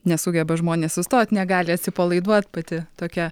nesugeba žmonės sustot negali atsipalaiduot pati tokia